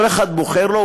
כל אחד בוחר לו,